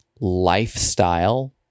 lifestyle